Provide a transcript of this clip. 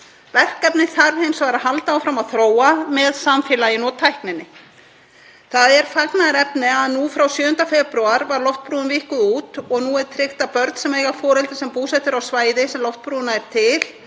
Verkefnið þarf hins vegar að halda áfram að þróa með samfélaginu og tækninni. Það er fagnaðarefni að nú frá 7. febrúar var Loftbrúin víkkuð út og nú er tryggt að börn sem eiga foreldra sem búsettir eru á svæði sem hún nær til